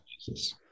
Jesus